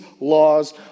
laws